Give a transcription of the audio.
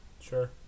Sure